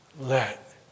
let